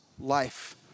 life